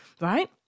right